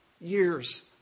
years